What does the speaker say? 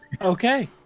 Okay